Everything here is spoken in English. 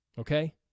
okay